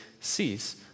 cease